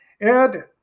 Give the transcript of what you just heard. Ed